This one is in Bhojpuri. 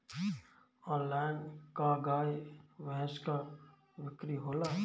आनलाइन का गाय भैंस क बिक्री होला?